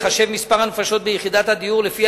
ייחשב מספר הנפשות ביחידת הדיור לפי